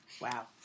Wow